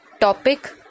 Topic